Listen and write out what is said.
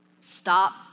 stop